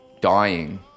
Dying